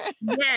Yes